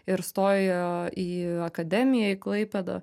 ir stojo į akademiją į klaipėdą